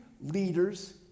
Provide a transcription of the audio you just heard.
leaders